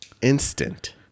instant